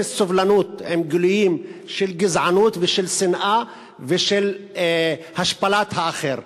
אפס סובלנות כלפי גילויים של גזענות ושל שנאה ושל השפלת האחר.